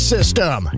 System